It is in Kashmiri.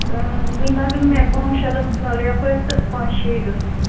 وُنہِ لَگَن مےٚ پانٛژھ شےٚ دۄہ فِلحال یَپٲرۍ تہٕ پانٛژِ شیٚیہِ دۅہۍ